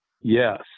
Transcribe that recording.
Yes